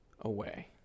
away